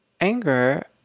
anger